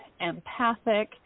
empathic